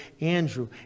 Andrew